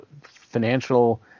financial